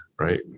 Right